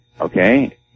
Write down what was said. Okay